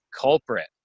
culprit